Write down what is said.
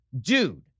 dude